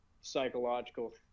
psychological